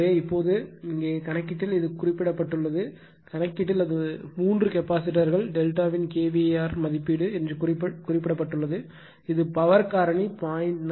எனவே இப்போது இங்கே கணக்கீட்டில் இது குறிப்பிடப்பட்டுள்ளது கணக்கீட்டில் அது மூன்று கெபாசிட்டர்கள் டெல்டாவின் kVAr மதிப்பீடு என்று குறிப்பிடப்பட்டுள்ளது இது பவர் காரணி 0